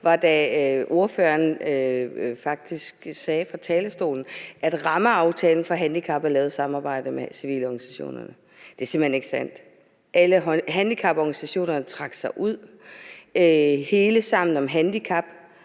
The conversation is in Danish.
op, da ordføreren faktisk sagde fra talerstolen, at rammeaftalen for handicapområdet er lavet i samarbejde med civilorganisationerne. Det er simpelt hen ikke sandt. Handicaporganisationerne trak sig ud, hele Sammen om handicap